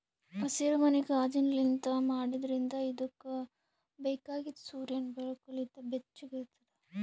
ಹಸಿರುಮನಿ ಕಾಜಿನ್ಲಿಂತ್ ಮಾಡಿದ್ರಿಂದ್ ಇದುಕ್ ಬೇಕಾಗಿದ್ ಸೂರ್ಯನ್ ಬೆಳಕು ಲಿಂತ್ ಬೆಚ್ಚುಗ್ ಇರ್ತುದ್